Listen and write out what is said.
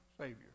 Savior